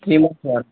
three months sir